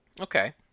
Okay